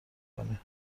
کنی